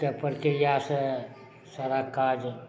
के परक्रिआ से सारा काज